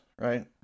right